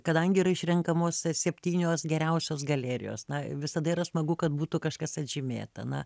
kadangi yra išrenkamos septynios geriausios galerijos na visada yra smagu kad būtų kažkas atžymėta na